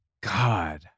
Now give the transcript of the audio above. god